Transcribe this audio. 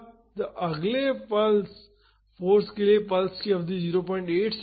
अब अगले pulse force के लिए पल्स की अवधि 08 सेकंड है